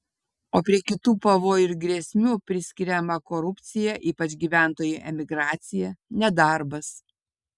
o prie kitų pavojų ir grėsmių priskiriama korupcija ypač gyventojų emigracija nedarbas